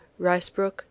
Ricebrook